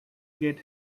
get